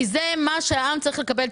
כי זה התשובות שהעם צריך לקבל.